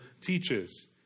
teaches